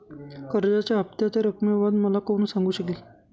कर्जाच्या हफ्त्याच्या रक्कमेबाबत मला कोण सांगू शकेल?